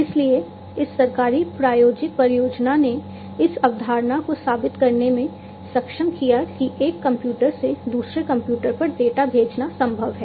इसलिए इस सरकारी प्रायोजित परियोजना ने इस अवधारणा को साबित करने में सक्षम किया कि एक कंप्यूटर से दूसरे कंप्यूटर पर डेटा भेजना संभव है